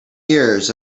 years